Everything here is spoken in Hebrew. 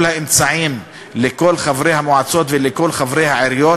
האמצעים לכל חברי המועצות ולכל חברי העיריות,